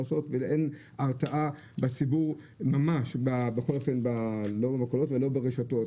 ואין הרתעה בציבור לא במכולות ולא ברשתות.